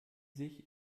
sich